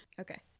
Okay